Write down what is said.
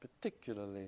particularly